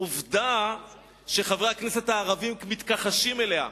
עובדה שחברי הכנסת הערבים מתכחשים לה.